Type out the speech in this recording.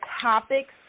topics